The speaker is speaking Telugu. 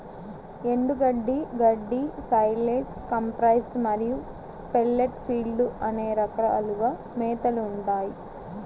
ఎండుగడ్డి, గడ్డి, సైలేజ్, కంప్రెస్డ్ మరియు పెల్లెట్ ఫీడ్లు అనే రకాలుగా మేతలు ఉంటాయి